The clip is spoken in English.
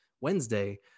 Wednesday